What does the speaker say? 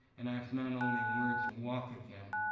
and i've not only learned to walk again,